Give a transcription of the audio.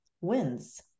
wins